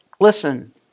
listen